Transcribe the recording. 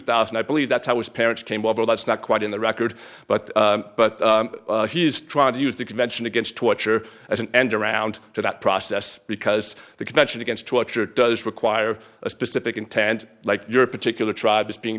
thousand i believe that i was parents came over that's not quite in the record but but he is trying to use the convention against torture as an end around to that process because the convention against torture does require a specific intent like your particular tribe is being